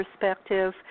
perspective